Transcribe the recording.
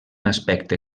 aspecte